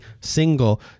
single